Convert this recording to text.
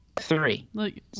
Three